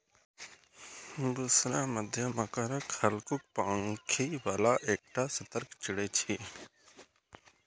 बुशरा मध्यम आकारक, हल्लुक पांखि बला एकटा सतर्क चिड़ै छियै